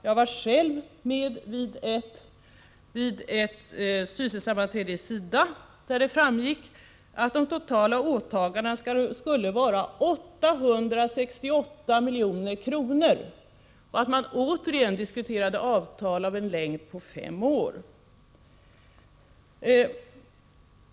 Jag var själv med vid ett styrelsesammanträde i SIDA, där det framgick att de totala åtagandena skulle röra sig om 868 milj.kr. och att man återigen diskuterade ett avtal med en längd på fem år.